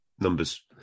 numbers